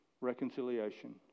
reconciliation